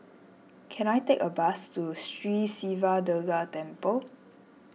can I take a bus to Sri Siva Durga Temple